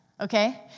okay